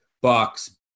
Bucks